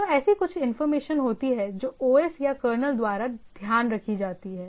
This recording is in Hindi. तो ऐसी कुछ इंफॉर्मेशन होती है जो OS या कर्नेल द्वारा ध्यान रखी जाती हैं